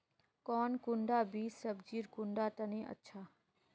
कौन कुंडा बीस सब्जिर कुंडा तने अच्छा?